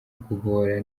guhora